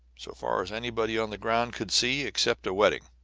so far as anybody on the ground could see, except a wetting.